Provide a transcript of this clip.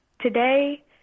today